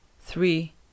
three